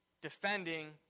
defending